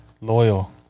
loyal